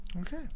Okay